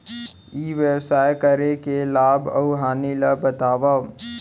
ई व्यवसाय करे के लाभ अऊ हानि ला बतावव?